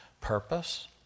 purpose